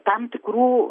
tam tikrų